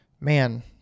man